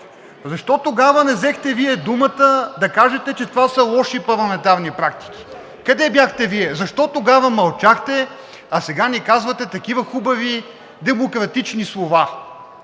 Защо тогава не взехте Вие думата да кажете, че това са лоши парламентарни практики? Къде бяхте Вие? Защо тогава мълчахте, а сега ми казвате такива хубави демократични слова?